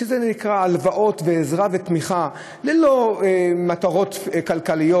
שנקרא הלוואות ועזרה ותמיכה ללא מטרות כלכליות,